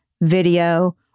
video